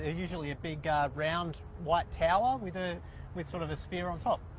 ah usually, a big ah round white tower with ah with sort of a sphere on top.